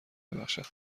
ببخشد